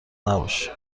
نباشه